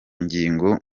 ngingo